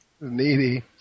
Needy